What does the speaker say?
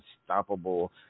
Unstoppable